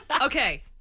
Okay